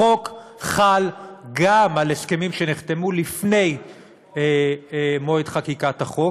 החוק חל גם על הסכמים שנחתמו לפני מועד חקיקת החוק,